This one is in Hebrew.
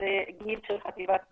שזה גיל של חטיבת ביניים,